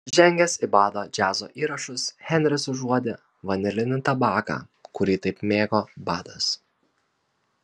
žengęs į bado džiazo įrašus henris užuodė vanilinį tabaką kurį taip mėgo badas